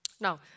Now